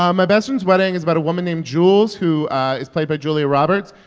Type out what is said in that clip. um my best friend's wedding is about a woman named jules, who is played by julia roberts,